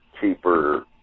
cheaper